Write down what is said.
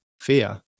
Fear